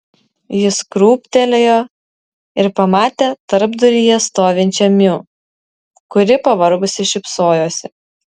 jis krūptelėjo ir pamatė tarpduryje stovinčią miu kuri pavargusi šypsojosi